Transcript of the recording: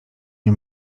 nie